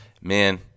man